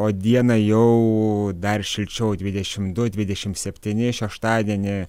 o dieną jau dar šilčiau dvidešim du dvidešim septyni šeštadienį